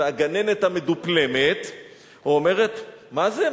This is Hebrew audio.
והגננת המדופלמת אומרת: מה זה,